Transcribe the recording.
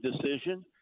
decision